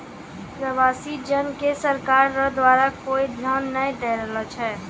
प्रवासी जन के सरकार रो द्वारा कोय ध्यान नै दैय रहलो छै